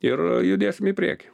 ir judėsime į priekį